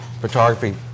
photography